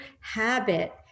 habit